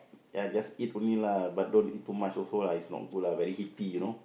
ya just eat only lah but don't eat too much also lah it's not good lah very heaty you know